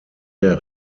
der